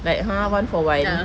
like !huh! one for one